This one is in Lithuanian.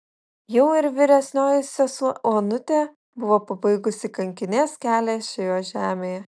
jau ir vyresnioji sesuo onutė buvo pabaigusi kankinės kelią šioje žemėje